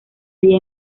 día